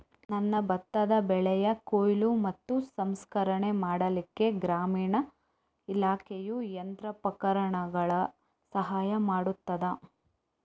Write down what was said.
ನನ್ನ ಭತ್ತದ ಬೆಳೆಯ ಕೊಯ್ಲು ಮತ್ತು ಸಂಸ್ಕರಣೆ ಮಾಡಲಿಕ್ಕೆ ಗ್ರಾಮೀಣ ಇಲಾಖೆಯು ಯಂತ್ರೋಪಕರಣಗಳ ಸಹಾಯ ಮಾಡುತ್ತದಾ?